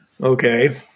Okay